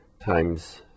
times